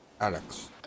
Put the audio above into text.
Alex